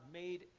made